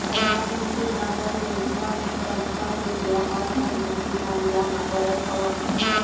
प्रधानमंत्री मानधन योजना में पचपन रुपिया हर महिना किसान जमा करत हवन